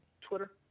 Twitter